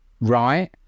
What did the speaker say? right